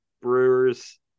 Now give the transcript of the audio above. Brewers